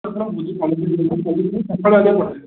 ଆପଣ ଭୁଜି ପନିର୍ ସକାଳୁ ଆଜ୍ଞା ପଠେଇଦେବେ